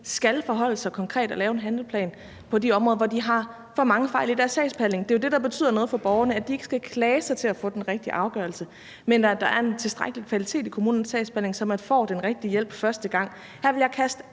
skal forholde sig konkret til det og lave en handleplan på de områder, hvor de har for mange fejl i deres sagsbehandling. Det, der jo betyder noget for borgerne, er, at de ikke skal klage sig til at få den rigtige afgørelse, men at der er en tilstrækkelig kvalitet i kommunernes sagsbehandling, så de får den rigtige hjælp første gang. Her vil jeg kaste